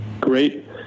great